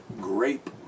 grape